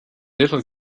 little